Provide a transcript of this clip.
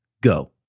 go